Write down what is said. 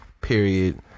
period